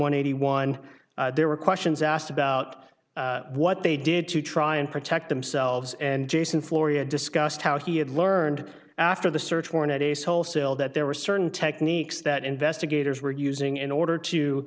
one eighty one there were questions asked about what they did to try and protect themselves and jason floria discussed how he had learned after the search warrant at ace wholesale that there were certain techniques that investigators were using in order to